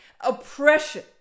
oppression